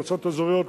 מועצות אזוריות,